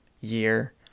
year